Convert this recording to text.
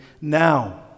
now